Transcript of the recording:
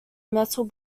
metal